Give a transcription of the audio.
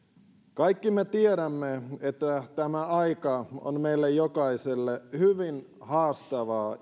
kaikki me tiedämme että tämä aika on meille jokaiselle hyvin haastavaa